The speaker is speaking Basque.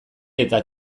eta